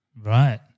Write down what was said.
Right